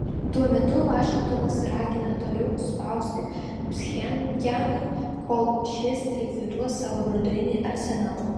tuo metu vašingtonas ragina toliau spausti pchenjaną kol šis likviduos savo branduolinį arsenalą